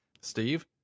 steve